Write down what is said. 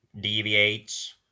deviates